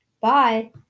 Bye